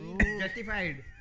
Justified